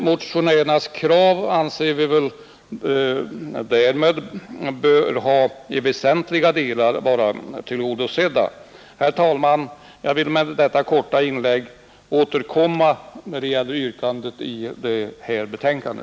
Motionärernas krav anser vi därmed i väsentliga delar vara tillgodosedda. Herr talman! Jag vill efter detta korta inlägg återkomma när det gäller yrkandet i detta betänkande.